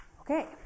okay